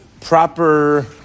proper